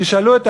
תשאלו,